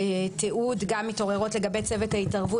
יש התייחסות לכל הנושא של הצורך בצמצום האשפוזים הכפויים בכל התהליך